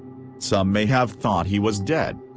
some may have thought he was dead.